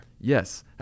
Yes